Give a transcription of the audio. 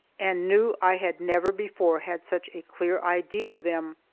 and knew i had never before had such a clear idea of them.